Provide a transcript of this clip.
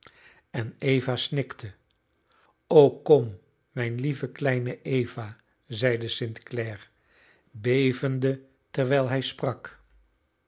en eva snikte o kom mijne lieve kleine eva zeide st clare bevende terwijl hij sprak